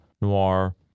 Noir